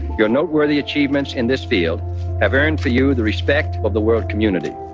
your noteworthy achievements in this field have earned for you the respect of the world community.